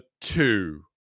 two